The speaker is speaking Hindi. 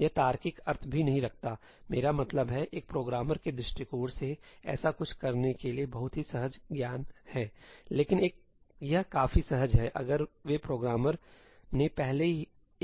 यह तार्किक अर्थ भी नहीं रखता है मेरा मतलब है एक प्रोग्रामर के दृष्टिकोण से ऐसा कुछ करने के लिए बहुत ही सहज ज्ञान है सहीलेकिन यह काफी सहज है कि अगर वे प्रोग्रामर लिखित ने पहले